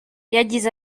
yagize